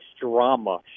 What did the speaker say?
drama